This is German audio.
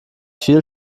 viel